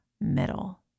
middle